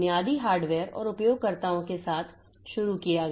तो बुनियादी हार्डवेयर और उपयोगकर्ताओं के साथ शुरू किया